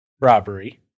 robbery